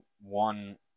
one